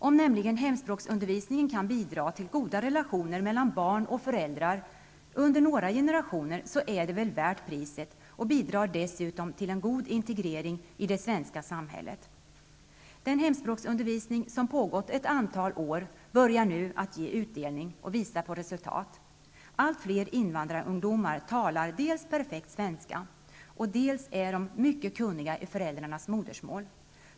Om nämligen hemspråksundervisningen kan bidra till goda relationer mellan barn och föräldrar under några generationer, är det väl värt priset, och bidrar dessutom till en god integrering i det svenska samhället. Den hemspråksundervisning som pågått ett antal år börjar nu ge utdelning och visa resultat. Allt fler invandrarungdomar talar dels perfekt svenska, dels är mycket kunniga i föräldrarnas modersmål.